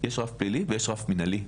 יש רף פלילי ויש רף מנהלי.